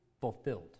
fulfilled